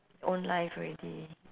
own life already